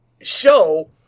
show